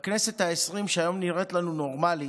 בכנסת העשרים, שהיום נראית לנו נורמלית,